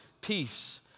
Peace